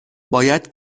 باید